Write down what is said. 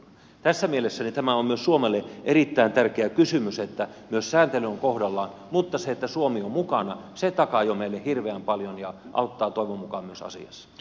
tässä mielessä tämä on myös suomelle erittäin tärkeä kysymys että sääntely on kohdallaan mutta se että suomi on mukana takaa jo meille hirveän paljon ja auttaa toivon mukaan myös asiassa